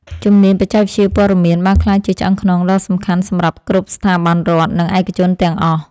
ជំនាញបច្ចេកវិទ្យាព័ត៌មានបានក្លាយជាឆ្អឹងខ្នងដ៏សំខាន់សម្រាប់គ្រប់ស្ថាប័នរដ្ឋ និងឯកជនទាំងអស់។